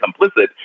complicit